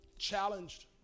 challenged